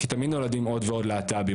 כי תמיד נולדים עוד ועוד להט"בים,